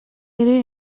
ere